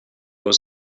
was